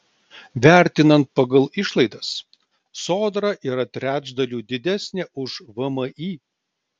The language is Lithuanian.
vertinant pagal išlaidas sodra yra trečdaliu didesnė už vmi